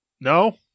No